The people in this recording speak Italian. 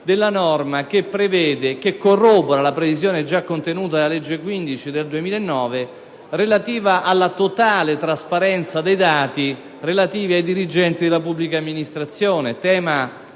della norma che corrobora la previsione già contenuta nella legge n. 15 del 2009 relativa alla totale trasparenza dei dati relativi ai dirigenti della pubblica amministrazione, tema